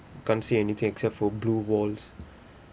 can't see anything except for blue walls